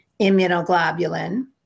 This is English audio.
immunoglobulin